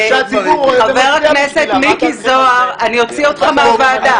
חבר הכנסת מיקי זוהר, אני אוציא אותך מהוועדה.